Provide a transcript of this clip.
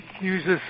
uses